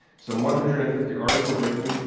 some one hundred and fifty articles written,